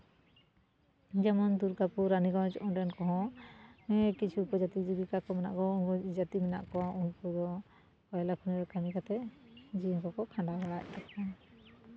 ᱡᱮᱢᱚᱱ ᱫᱩᱨᱜᱟᱯᱩᱨ ᱨᱟᱹᱱᱤᱜᱚᱧᱡ ᱚᱸᱰᱮᱱ ᱠᱚᱦᱚᱸ ᱠᱤᱪᱷᱩ ᱩᱯᱚᱡᱟᱹᱛᱤ ᱞᱮᱠᱟ ᱡᱟᱹᱛᱤ ᱢᱮᱱᱟᱜ ᱠᱚᱣᱟ ᱩᱱᱠᱩ ᱫᱚ ᱠᱚᱭᱞᱟ ᱠᱷᱚᱱᱤ ᱨᱮ ᱠᱟᱹᱢᱤ ᱠᱟᱛᱮ ᱡᱤᱭᱚᱱ ᱠᱚᱠᱚ ᱠᱷᱟᱸᱰᱟᱣ ᱵᱟᱲᱟᱭᱮᱫ ᱛᱟᱠᱚᱣᱟ